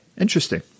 interesting